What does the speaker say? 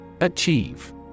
Achieve